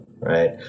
right